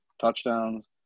touchdowns